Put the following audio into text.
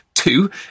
Two